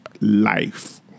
life